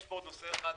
יש כאן עוד נושא אחד.